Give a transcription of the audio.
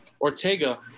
Ortega